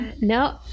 No